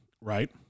right